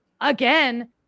Again